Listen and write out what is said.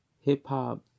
hip-hop